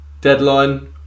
deadline